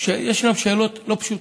יש גם שאלות לא פשוטות: